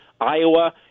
Iowa